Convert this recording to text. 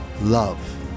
love